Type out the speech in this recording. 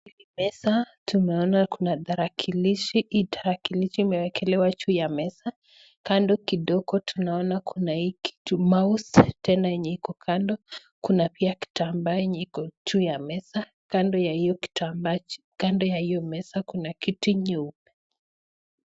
Kwenye meza tumeona kuna tarakilishi, hii tarakilishi imewekelewa juu ya meza kando kidogo tunaona kuna hii kitu- mouse , tena yenye iko kando kuna pia kitambaa yenye iko juu ya meza kando ya hiyo kitambaa-- kando ya hiyo meza kuna kiti nyeupe.